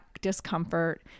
discomfort